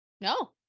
no